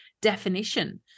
definition